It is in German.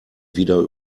wieder